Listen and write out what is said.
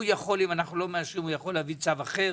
הוא יכול, אם אנחנו לא מאשרים, להביא צו אחר.